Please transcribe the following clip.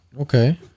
Okay